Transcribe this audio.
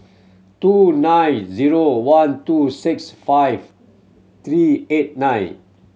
two nine zero one two six five three eight nine